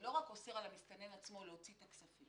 שאוסר לא רק על המסתנן עצמו להוציא כספים